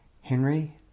henry